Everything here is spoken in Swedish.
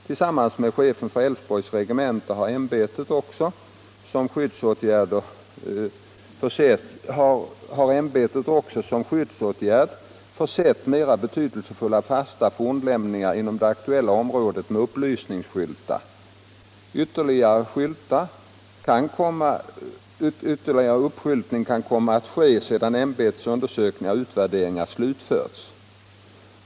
Tillsammans med chefen för Älvsborgs regemente har ämbetet också som skyddsåtgärd försett mer betydelsefulla fasta fornlämningar inom det aktuella området med upplysningsskyltar. Ytterligare uppskyltning kan komma att ske sedan ämbetets undersökningar och utvärderingar slutförts.